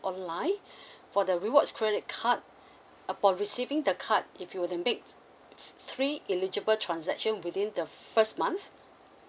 online for the rewards credit card upon receiving the card if you were to make three eligible transaction within the first month